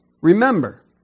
remember